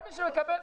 משהו כללי.